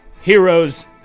Heroes